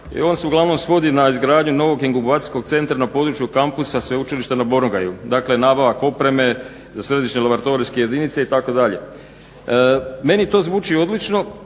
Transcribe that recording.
i on se uglavnom svodi na izgradnju novog inkubacijskog centra na području kampusa sveučilišta na Borongaju. Dakle, nabavka opreme za središnje laboratorijske jedinice itd. Meni to zvuči odlično,